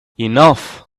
enough